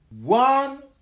One